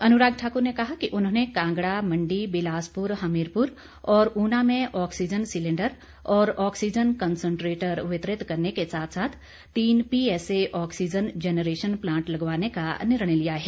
अनुराग ठाकुर ने कहा कि उन्होंने कांगड़ा मंडी बिलासपुर हमीरपुर और ऊना में ऑक्सीजन सिलेंडर और ऑक्सीजन कसंट्रेटर वितरित करने के साथ साथ तीन पीएसए ऑक्सीजन जेनरेशन प्लांट लगवाने का निर्णय लिया है